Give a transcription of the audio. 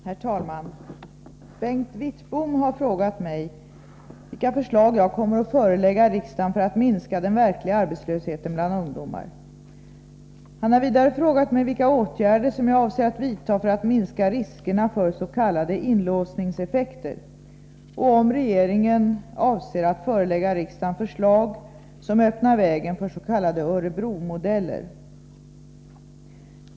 Herr talman! Bengt Wittbom har frågat mig vilka förslag jag kommer att förelägga riksdagen för att minska den verkliga arbetslösheten bland ungdomar. Han har vidare frågat mig vilka åtgärder som jag avser att vidta för att minska riskerna förs.k. inlåsningseffekter och om regeringen avser att förelägga riksdagen förslag som öppnar vägen för s.k. Örebromodeller.